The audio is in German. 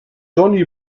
johnny